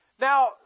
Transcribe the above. Now